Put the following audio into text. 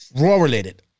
raw-related